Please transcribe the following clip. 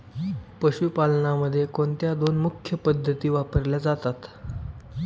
पशुपालनामध्ये कोणत्या दोन मुख्य पद्धती वापरल्या जातात?